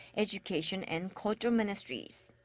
education, and culture ministries.